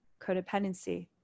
codependency